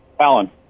Alan